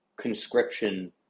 conscription